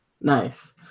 Nice